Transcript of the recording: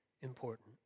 important